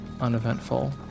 uneventful